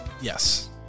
yes